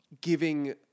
giving